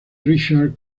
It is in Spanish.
richard